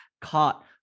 caught